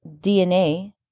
DNA